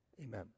Amen